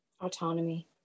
Autonomy